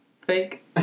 fake